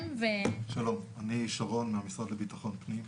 שלום, אני מהמשרד לביטחון הפנים.